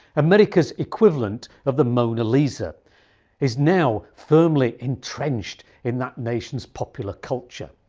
america's equivalent of the mona lisa is now firmly entrenched in that nation's popular culture.